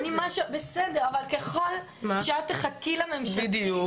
בסדר, אבל ככל שאת תחכי לממשלתית --- בדיוק.